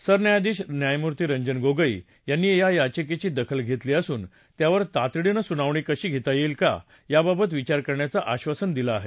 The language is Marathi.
सरन्यायाधीश न्यायमूर्ती रंजन गोगोई यांनी या याचिकेची दखल घेतली असून त्यावर तातडीनं सुनावणी घेता येईल का याबाबत विचार करण्याचं आश्वासन दिलं आहे